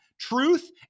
Truth